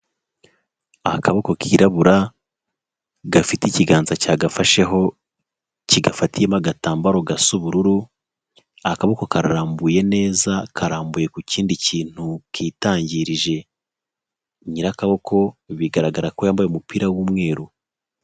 Akaboko kirabura gafite ikiganza cyagafasheho kigafatiyemo agatambaro gasa ubururu, akaboko kararambuye neza, karambuye ku kindi kintu kitangirije, nyirakaboko bigaragara ko yambaye umupira w'umweru.